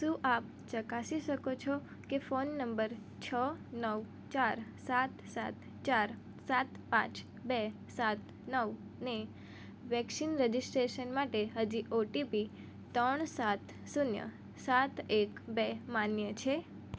શું આપ ચકાસી શકો છો કે ફોન નંબર છ નવ ચાર સાત સાત ચાર સાત પાંચ બે સાત નવને વેક્સિન રજિસ્ટ્રેશન માટે હજી ઓટીપી ત્રણ સાત શૂન્ય સાત એક બે માન્ય છે